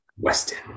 Weston